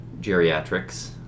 geriatrics